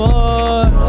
More